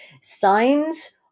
signs